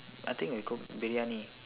I think we cooked briyani